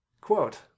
Quote